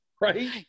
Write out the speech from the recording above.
right